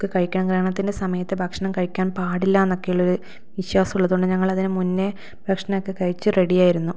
ഒക്കെ കഴിക്കണം ഗ്രഹണത്തിൻ്റെ സമയത്ത് ഭക്ഷണം കഴിക്കാൻ പാടില്ലാന്നൊക്കെ ഉള്ളൊരു വിശ്വാസം ഉള്ളതുകൊണ്ട് ഞങ്ങൾ അതിന് മുന്നേ ഭക്ഷണമൊക്കെ കഴിച്ചു റെഡി ആയിരുന്നു